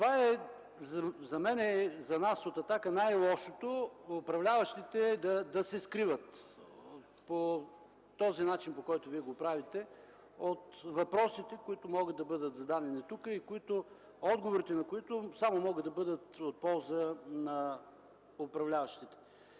Това за нас от „Атака” е най-лошото – управляващите да се скриват по този начин, по който вие го правите, от въпросите, които могат да бъдат зададени тук, и отговорите, които могат да бъдат само от полза на управляващите.